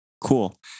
Cool